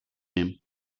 nehmen